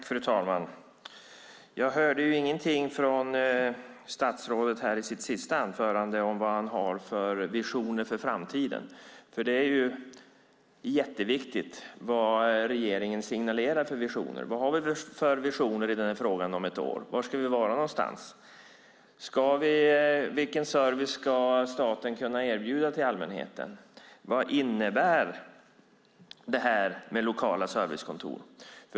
Fru talman! Jag hörde ingenting från statsrådet i hans senaste anförande om vad han har för visioner för framtiden. Det är jätteviktigt vad regeringen signalerar för visioner. Vad har vi för visioner i den här frågan om ett år? Var ska vi vara någonstans? Vilken service ska staten kunna erbjuda allmänheten? Vad innebär det här med lokala servicekontor?